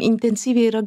intensyviai yra